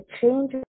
change